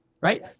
Right